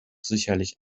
sicherlich